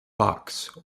box